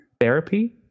therapy